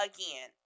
Again